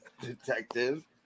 Detective